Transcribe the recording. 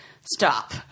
stop